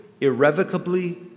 irrevocably